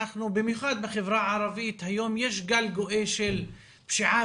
במיוחד בחברה הערבית היום יש גל גואה של פשיעה